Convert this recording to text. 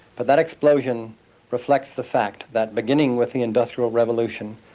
but that explosion reflects the fact that beginning with the industrial revolution,